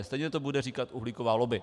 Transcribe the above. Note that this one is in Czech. Stejně to bude říkat uhlíková lobby.